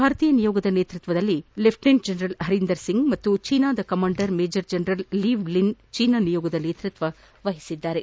ಭಾರತೀಯ ನಿಯೋಗದ ನೇತೃತ್ವವನ್ನು ಲೆಫ್ಟೆನೆಂಟ್ ಜನರಲ್ ಪರೀಂದರ್ ಸಿಂಗ್ ಹಾಗೂ ಚೀನಾದ commander major general Liu Lin China ನಿಯೋಗ ನೇತೃತ್ವ ವಹಿಸಲಿದ್ದಾರೆ